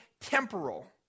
temporal